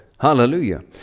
Hallelujah